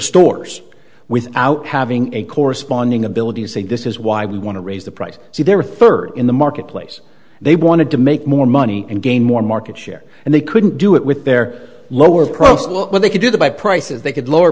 stores without having a corresponding ability to say this is why we want to raise the price so there are third in the marketplace they wanted to make more money and gain more market share and they couldn't do it with their lower priced what they could do to buy prices they could lower